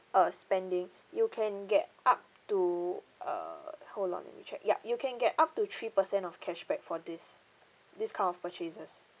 uh spending you can get up to err hold on let me check yup you can get up to three percent of cashback for this this kind of purchases